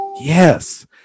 yes